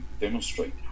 demonstrate